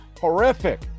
horrific